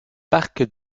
parc